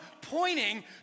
pointing